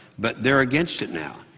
but they are against it now.